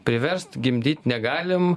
priverst gimdyt negalim